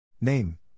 Name